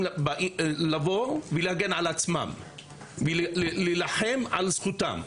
לבוא ולהגן על עצמם ולהילחם על זכותם?